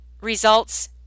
results